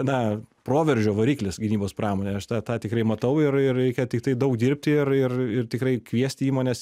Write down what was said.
na proveržio variklis gynybos pramonė aš tą tą tikrai matau ir ir reikia tiktai daug dirbti ir ir ir tikrai kviesti įmones